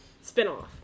spin-off